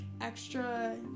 extra